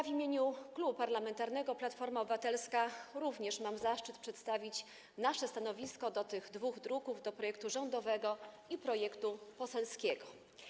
W imieniu Klubu Parlamentarnego Platforma Obywatelska również mam zaszczyt przedstawić nasze stanowisko dotyczące tych dwóch druków, projektu rządowego i projektu poselskiego.